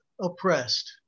oppressed